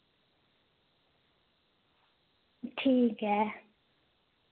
ठीक ऐ